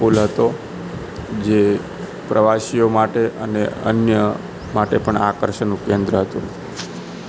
પુલ હતો જે પ્રવાસીઓ માટે અને અન્ય માટે પણ આકર્ષણનું કેન્દ્ર હતું